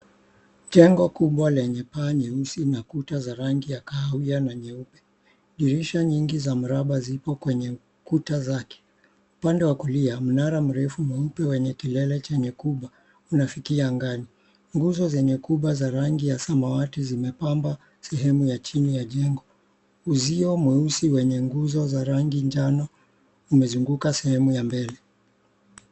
Jengo kubwa lenye paa nyeusi na kuta za rangi ya kahawia na nyeupe. Dirisha nyingi za mraba ziko kwenye kuta zake. Upande wa kulia, mnara mrefu mweupe wenye kilele chenye kuba unafikia angani. Nguzo zenye kuba za rangi ya samawati zimepamba sehemu ya chini ya jengo. Uzio mweusi wenye nguzo za rangi njano umezunguka sehemu ya mbele.